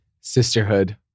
Sisterhood